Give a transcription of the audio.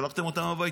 שלחתם אותם הביתה.